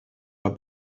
her